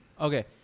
Okay